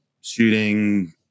shooting